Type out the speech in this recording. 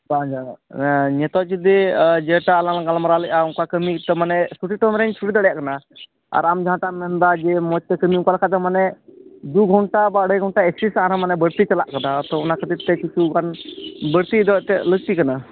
ᱵᱟᱝ ᱡᱟᱲᱟᱜ ᱦᱮᱸ ᱱᱤᱛᱚᱜ ᱡᱩᱫᱤ ᱡᱮᱴᱟ ᱟᱞᱟᱝ ᱞᱟᱝ ᱜᱟᱞᱢᱟᱨᱟᱣ ᱞᱮᱜᱼᱟ ᱚᱱᱠᱟ ᱠᱟᱹᱢᱤ ᱜᱮᱛᱚ ᱢᱟᱱᱮ ᱪᱷᱩᱴᱤ ᱴᱚᱢ ᱨᱮᱧ ᱪᱷᱩᱴᱤ ᱫᱟᱲᱮᱭᱟᱜ ᱠᱟᱱᱟ ᱟᱨ ᱟᱢ ᱡᱟᱦᱟᱴᱟᱜ ᱮᱢ ᱢᱮᱱᱮᱫᱟ ᱡᱮ ᱢᱚᱡᱽ ᱛᱮ ᱠᱟᱹᱢᱤ ᱚᱱᱠᱟ ᱞᱮᱠᱷᱟᱡ ᱫᱚ ᱢᱟᱱᱮ ᱫᱩ ᱜᱷᱚᱱᱴᱟ ᱵᱟ ᱟᱹᱲᱟᱹᱭ ᱜᱷᱚᱱᱴᱟ ᱮᱠᱥᱤᱥ ᱟᱨᱚ ᱢᱟᱱᱮ ᱵᱟᱹᱲᱛᱤ ᱪᱟᱞᱟᱜ ᱠᱟᱱᱟ ᱛᱚ ᱚᱱᱟ ᱠᱷᱟᱹᱛᱤᱨ ᱛᱮ ᱠᱤᱪᱷᱩ ᱜᱟᱱ ᱵᱟᱹᱲᱛᱤ ᱫᱚ ᱮᱱᱛᱮᱫ ᱞᱟᱹᱠᱛᱤ ᱠᱟᱱᱟ